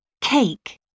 cake